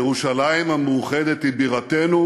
ירושלים המאוחדת היא בירתנו,